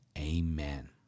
Amen